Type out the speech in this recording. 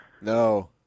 No